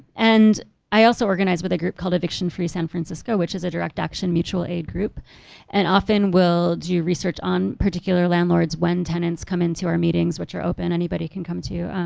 and i also organize with a group called eviction free san francisco which is a direct action mutual aid group and often will do research on particular landlords when tenants come into our meetings which are open anybody can come to